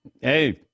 Hey